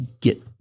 get